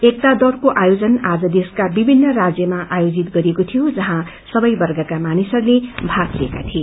एकता दौड़को आयोजक आज देशका विभित्र राज्यमा आयोजित गरिएको थियो जहाँ सबै वर्गका मानिसहस्ले भाग लिएका थिए